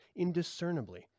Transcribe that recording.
indiscernibly